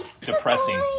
depressing